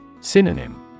Synonym